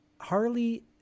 harley